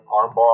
Armbar